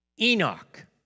Enoch